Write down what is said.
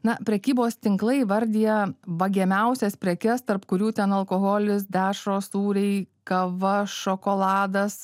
na prekybos tinklai vardija vagiamiausias prekes tarp kurių ten alkoholis dešros sūriai kava šokoladas